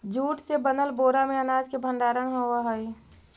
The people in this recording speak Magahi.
जूट से बनल बोरा में अनाज के भण्डारण होवऽ हइ